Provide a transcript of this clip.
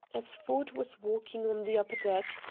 as ford was walking on the upper deck,